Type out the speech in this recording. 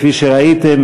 כפי שראיתם,